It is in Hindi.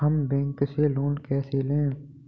हम बैंक से लोन कैसे लें?